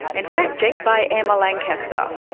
and fact check by emma lancaster,